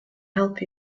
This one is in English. help